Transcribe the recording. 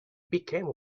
became